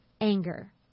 anger